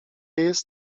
jest